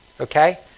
okay